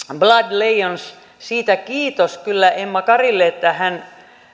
blood lions siitä kiitos kyllä emma karille että hän